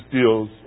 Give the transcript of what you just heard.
deals